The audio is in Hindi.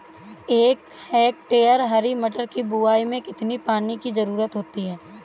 एक हेक्टेयर हरी मटर की बुवाई में कितनी पानी की ज़रुरत होती है?